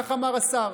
כך אמר השר,